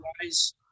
otherwise